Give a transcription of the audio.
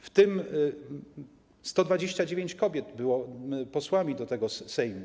W tym 129 kobiet było posłami tego Sejmu.